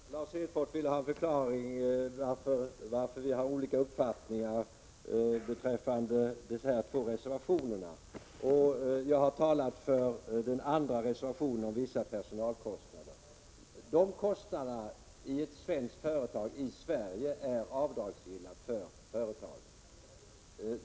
Herr talman! Lars Hedfors ville ha en förklaring till att vi har olika uppfattningar beträffande de två reservationerna. Jag talade för den andra reservationen om vissa personalkostnader. De kostnaderna i ett svenskt företag i Sverige är avdragsgilla för företaget.